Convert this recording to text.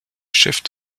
chef